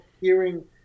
hearing